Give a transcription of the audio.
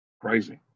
Crazy